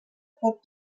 pot